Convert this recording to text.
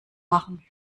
machen